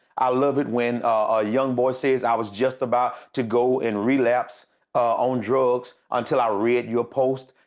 i love it when a young boy says i was just about to go and relapse on drugs until i read your post.